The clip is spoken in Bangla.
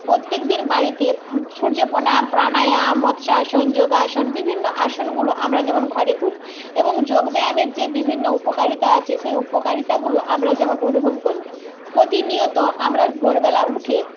প্রত্যেক দিন বাড়িতে সূর্য প্রণাম প্রাণায়াম মৎস্যাসন যোগাসন বিভিন্ন আসনগুলো আমরা যেমন ঘরে করি এবং যোগব্যায়ামের যে বিভিন্ন উপকারিতা আছে সে উপকারিতাগুলো আমরা যেমন অনুভব করি প্রতিনিয়ত আমরা ভোরবেলা উঠে